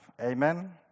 Amen